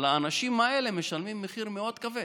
אבל האנשים האלה משלמים מחיר מאוד כבד.